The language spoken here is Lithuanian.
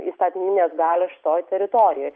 įstatyminės galios šitoj teritorijoj